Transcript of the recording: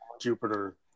Jupiter